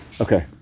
Okay